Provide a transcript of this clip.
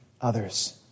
others